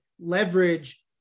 leverage